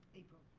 april.